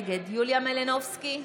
נגד יוליה מלינובסקי,